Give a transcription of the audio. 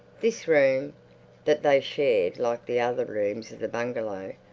this room that they shared, like the other rooms of the bungalow,